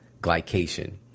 glycation